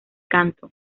canto